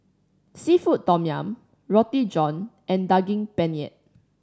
seafood tom yum Roti John and Daging Penyet